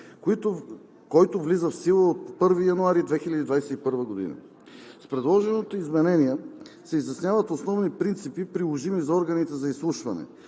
който влиза в сила от 1 януари 2021 г. С предложените изменения се изясняват основни принципи, приложими за органите за изслушване